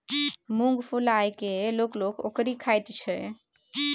मुँग फुलाए कय लोक लोक ओकरी खाइत छै